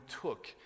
took